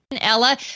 Ella